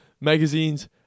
magazines